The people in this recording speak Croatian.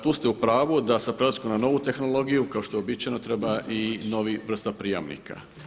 Tu ste u pravu da sa prelaskom na novu tehnologiju kao što je uobičajeno treba i nova vrsta prijamnika.